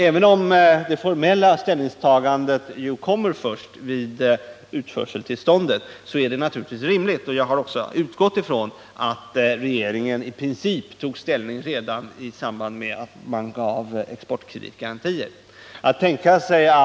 Även om det formella ställningstagandet görs först i samband med bedömningen av om utförseltillstånd skalllämnas, är det naturligtvis rimligt att regeringen i princip tagit ställning i samband med att man gav exportkreditgarantier, vilket jag också har utgått ifrån.